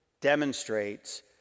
demonstrates